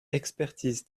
expertise